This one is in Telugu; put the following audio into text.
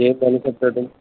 A separate